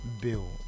bill